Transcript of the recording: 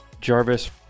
Jarvis